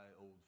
Old